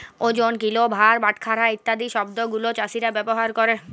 ওজন, কিলো, ভার, বাটখারা ইত্যাদি শব্দ গুলো চাষীরা ব্যবহার ক্যরে